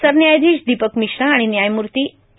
सरन्यायाधीश दीपक मिश्रा आणि व्यामूर्ती ए